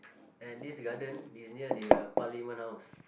and this garden is near the parliament house